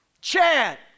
Chad